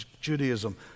Judaism